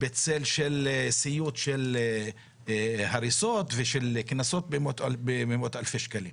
בצל של סיוט של הריסות ושל קנסות במאות אלפי שקלים.